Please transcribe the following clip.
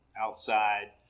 outside